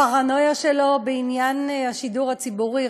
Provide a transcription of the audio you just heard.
הפרנויה שלו בעניין השידור הציבורי,